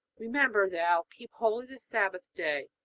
remember thou keep holy the sabbath day.